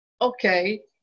okay